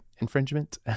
infringement